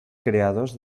creadors